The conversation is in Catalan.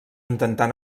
intentar